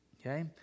Okay